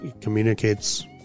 communicates